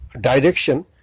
direction